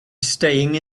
staying